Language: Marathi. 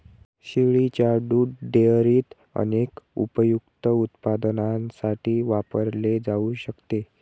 शेळीच्या दुध डेअरीत अनेक उपयुक्त उत्पादनांसाठी वापरले जाऊ शकते